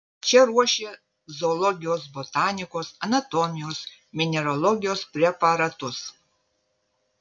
čia ruošė zoologijos botanikos anatomijos mineralogijos preparatus